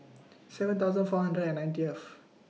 seven thousand four hundred and ninetieth